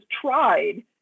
tried